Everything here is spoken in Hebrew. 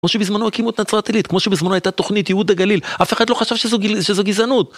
כמו שבזמנו הקימות נצרת עילית, כמו שבזמנו הייתה תוכנית יהודה גליל, אף אחד לא חשב שזו גזענות.